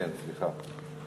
כן, סליחה.